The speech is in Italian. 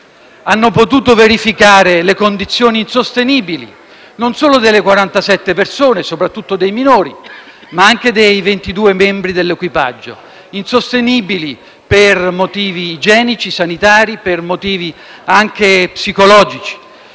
Hanno potuto verificare le condizioni insostenibili, non sono delle 47 persone, soprattutto dei minori, ma anche dei 22 membri dell'equipaggio; insostenibili per motivi igienici, sanitari ed anche psicologici.